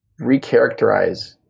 recharacterize